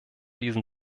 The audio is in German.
diesem